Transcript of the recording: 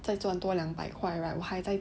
在转多两百块 right 我还在